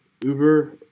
Uber